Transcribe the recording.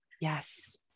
yes